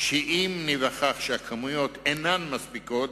שאם ניווכח כי הכמויות אינן מספיקות,